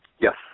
Yes